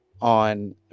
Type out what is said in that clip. on